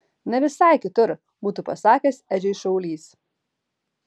ne visai kitur būtų pasakęs edžiui šaulys